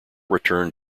returned